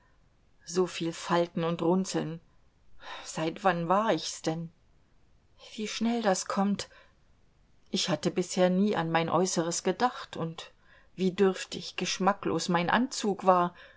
so viel falten und runzeln seit wann war ich's denn wie schnell das kommt ich hatte bisher nie an mein äußeres gedacht und wie dürftig geschmacklos mein anzug war